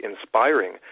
inspiring